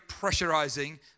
pressurizing